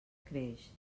creix